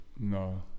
No